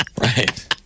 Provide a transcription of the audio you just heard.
right